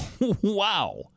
Wow